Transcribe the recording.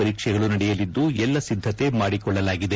ಪರೀಕ್ಷೆಗಳು ನಡೆಯಲಿದ್ದು ಎಲ್ಲ ಸಿದ್ಧತೆ ಮಾಡಿಕೊಳ್ಳಲಾಗಿದೆ